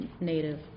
Native